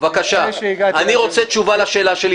אני רוצה תשובה לשאלה שלי.